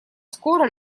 скоро